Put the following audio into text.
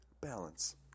Balance